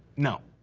no.